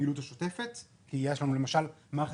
לפעילות השוטפת כי יש לנו למשל מערכת